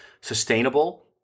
sustainable